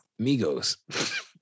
Migos